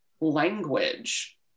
language